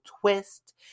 twist